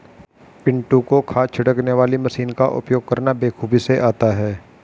पिंटू को खाद छिड़कने वाली मशीन का उपयोग करना बेखूबी से आता है